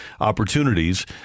opportunities